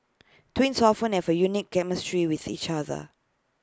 twins often have A unique chemistry with each other